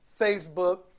Facebook